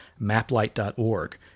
maplight.org